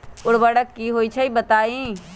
उर्वरक की होई छई बताई?